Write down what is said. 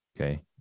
okay